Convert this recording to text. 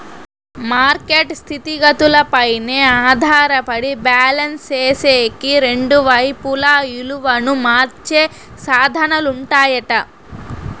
market స్థితిగతులపైనే ఆధారపడి balance సేసేకి రెండు వైపులా ఇలువను మార్చే సాధనాలుంటాయట